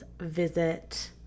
visit